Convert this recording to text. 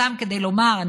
סתם כדי לומר,